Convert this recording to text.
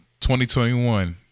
2021